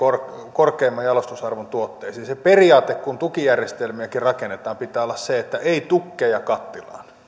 korkeimman jalostusarvon tuotteisiin sen periaatteen kun tukijärjestelmiäkin rakennetaan pitää olla se että ei tukkeja kattilaan